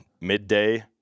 midday